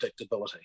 predictability